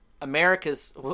America's